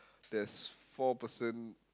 there's four person